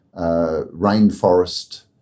rainforest